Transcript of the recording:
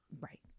right